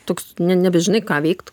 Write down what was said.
toks ne nebežinai ką veikt